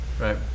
Right